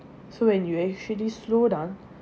so when you actually slow down